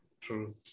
True